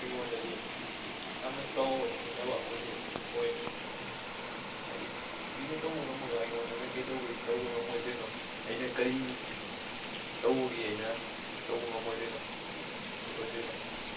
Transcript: ꯑꯩꯉꯣꯟꯗꯗꯤ ꯌꯥꯝꯅ ꯆꯥꯎꯕ ꯁꯤꯡꯅꯕ ꯑꯃꯁꯨ ꯑꯣꯏ ꯍꯥꯏꯗꯤ ꯃꯤꯅ ꯇꯧꯕ ꯉꯝꯃꯒ ꯑꯩꯉꯣꯟꯗꯅ ꯀꯩꯗꯧꯕꯩ ꯇꯧꯕ ꯉꯝꯂꯣꯏꯗꯣꯏꯅꯣ ꯑꯩꯅ ꯀꯔꯤ ꯇꯧꯕꯒꯤ ꯑꯩꯅ ꯇꯧꯕ ꯉꯝꯂꯣꯏꯗꯣꯏꯅꯣ ꯈꯣꯠꯂꯣꯏꯗꯣꯏꯅꯣ